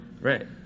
Right